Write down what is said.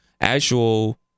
actual